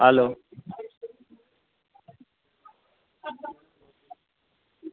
hello